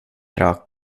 rak